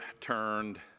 turned